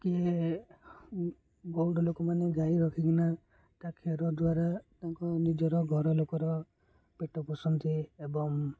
କିଏ ଗୌଡ଼ ଲୋକମାନେ ଗାଈ ରଖିକିନା ତା' କ୍ଷୀର ଦ୍ୱାରା ତାଙ୍କ ନିଜର ଘରଲୋକର ପେଟ ପୋଷନ୍ତି ଏବଂ